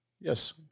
Yes